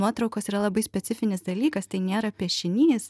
nuotraukos yra labai specifinis dalykas tai nėra piešinys